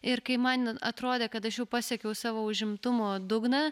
ir kai man atrodė kad aš jau pasiekiau savo užimtumo dugną